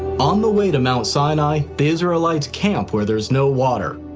on the way to mount sinai, the israelites camp where there's no water.